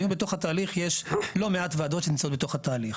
היום בתהליך יש לא מעט וועדות שנמצאות בתוך התהליך.